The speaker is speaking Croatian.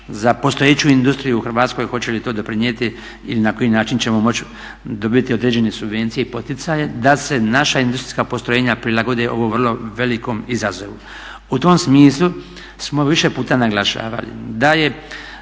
za postojeću industriju u Hrvatskoj, hoće li to doprinijeti i na koji način ćemo moći dobiti određene subvencije i poticaje da se naša industrijska postrojenja prilagode ovom vrlo velikom izazovu. U tom smislu smo više puta naglašavali da je